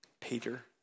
Peter